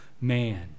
man